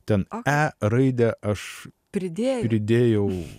ten e raidę aš pridėjau